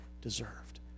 deserved